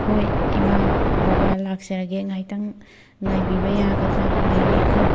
ꯍꯣꯏ ꯏꯃꯥ ꯕꯕꯥ ꯂꯥꯛꯆꯔꯒꯦ ꯉꯥꯏꯇꯪ ꯉꯥꯏꯕꯤꯕ ꯌꯥꯒꯗ꯭ꯔꯥ ꯉꯥꯏꯕꯤꯈꯣ